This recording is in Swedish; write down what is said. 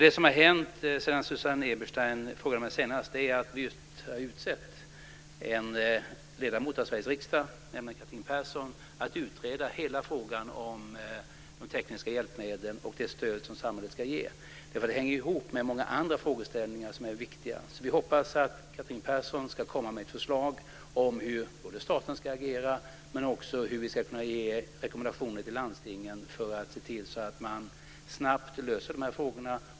Det som har hänt sedan Susanne Eberstein frågade mig senast är att vi just har utsett en ledamot av Sveriges riksdag, Catherine Persson, att utreda hela frågan om de tekniska hjälpmedlen och det stöd som samhället ska ge. Denna fråga hänger ihop med många andra frågor som är viktiga. Vi hoppas att Catherine Persson ska komma med ett förslag både om hur staten ska agera och om hur vi ska kunna ge rekommendationer till landstingen för att se till så att man snabbt löser de här frågorna.